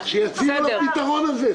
אל תתפסו אותי עכשיו על האוטובוס-שניים,